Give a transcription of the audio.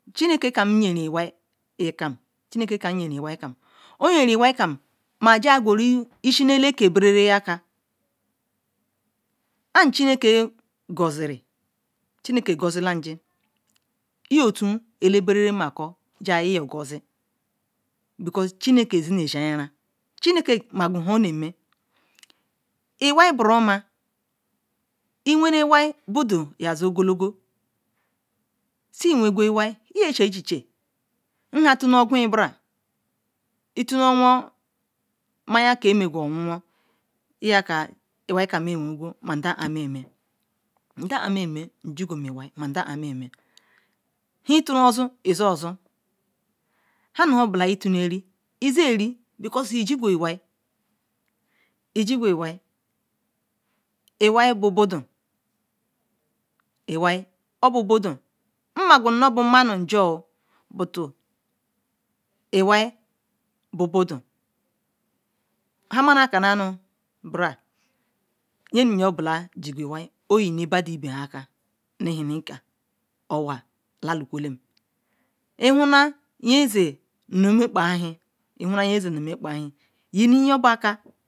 Chineke kam yin iwai oyiurin iwai kam guru ishinu aleteibira akea an chineke goziri jan iyo tune yake bern" lailya gozia because chineke zinnej shin-aryanvon chineke ma hou namel iwai boro oma lwen iwai bodo yazil ogolago si wengm i wai le si che ache nhau gunna bra ichula ayam ker megut owowon maka. iwai ka mel wen ndaar meyinmen hin trol ozo izo zoii hannu obola ichurari iziri because ijigu iwai iwal bodon iwal obo bodon mmma nu abo ma nu jor but iwar bol bodon hou ma nna cannal nu bronal yim au yo bola ji iwai onyin ibada aker thinnycowa lalu koeten ihumna yin zenu mmekpa ahin yinu yin bylu ko bo aker.